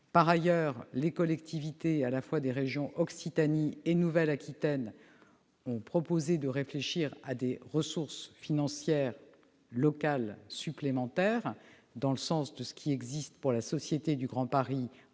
Par ailleurs, les collectivités des régions Occitanie et Nouvelle-Aquitaine ont proposé de réfléchir à des ressources financières locales supplémentaires, comme pour la Société du Grand Paris en